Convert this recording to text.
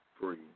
free